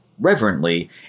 reverently